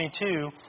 22